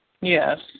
yes